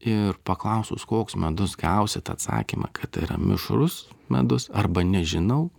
ir paklausus koks medus gausit atsakymą kad tai yra mišrus medus arba nežinau